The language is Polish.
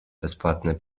bezpłatne